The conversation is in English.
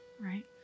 right